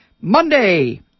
Monday